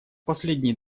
последние